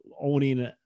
owning